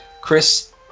Chris